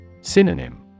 Synonym